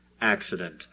accident